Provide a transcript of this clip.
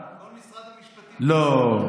כל משרד המשפטים, לא.